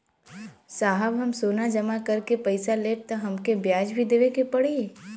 साहब हम सोना जमा करके पैसा लेब त हमके ब्याज भी देवे के पड़ी?